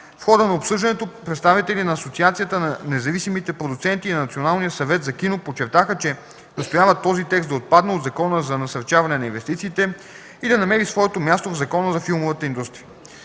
В хода на обсъждането представители на Асоциацията на независимите продуценти и на Националния съвет за кино подчертаха, че настояват този текст да отпадне от Закона за насърчаване на инвестициите и да намери своето място в Закона за филмовата индустрия.